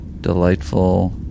delightful